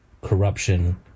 corruption